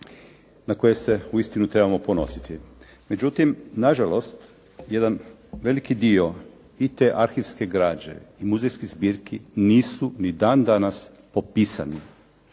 na koje se uistinu trebamo ponositi. Međutim, na žalost jedan veliki dio i te arhivske građe i muzejskih zbirki nisu ni dan danas popisani.